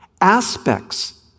aspects